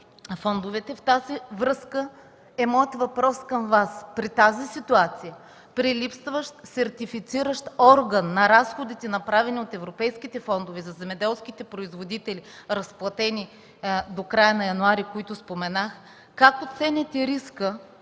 длъжности. В тази връзка е моят въпрос към Вас: при тази ситуация, при липсващ сертифициращ орган на разходите, направени от европейските фондове за земеделските производители, разплатени до края на януари, които споменах, как оценявате риска